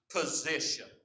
position